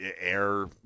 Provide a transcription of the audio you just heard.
air